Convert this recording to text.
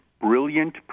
brilliant